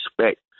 respect